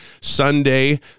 Sunday